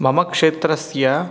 मम क्षेत्रस्य